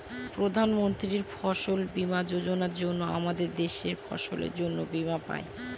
প্রধান মন্ত্রী ফসল বীমা যোজনার জন্য আমাদের দেশের ফসলের জন্যে বীমা পাই